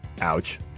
Ouch